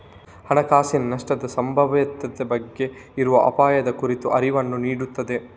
ಹಣಕಾಸಿನ ನಷ್ಟದ ಸಂಭಾವ್ಯತೆ ಬಗ್ಗೆ ಇರುವ ಅಪಾಯದ ಕುರಿತ ಅರಿವನ್ನ ನೀಡ್ತದೆ